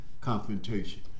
confrontation